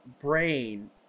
brain